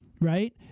Right